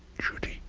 judy.